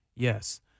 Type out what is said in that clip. Yes